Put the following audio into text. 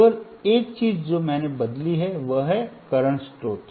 केवल एक चीज जो मैंने बदली है वह है वर्तमान स्रोत